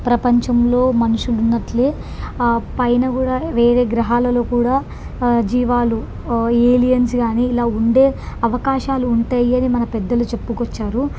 ప్రపంచంలో మనుషులున్నట్లే ఆ పైన కూడా వేరే గ్రహాలలో కూడా జీవాలు ఏలియన్స్ కానీ ఇలా ఉండే అవకాశాలు ఉంటయి అని మన పెద్దలు చెప్పుకొచ్చారు